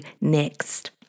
next